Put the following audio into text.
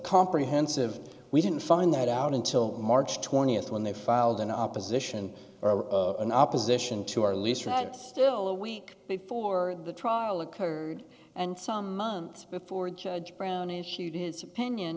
comprehensive we didn't find that out until march twentieth when they filed in opposition or in opposition to our lease right still a week before the trial occurred and some months before judge brown issued his opinion